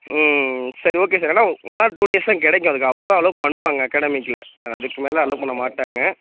ம் சரி okay sir ஆனால் ஒன் ஆர் டூ டேஸ் தான் கிடக்கும் அதுக்கு அவ்வளோ தான் பண்ணுவாங்க அக்காடமிக்கில் அதுக்கு மேலே அல்லோவ் பண்ண மாட்டாங்க